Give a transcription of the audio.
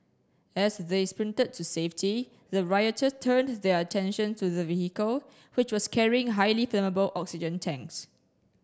as they sprinted to safety the rioters turned their attention to the vehicle which was carrying highly flammable oxygen tanks